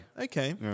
Okay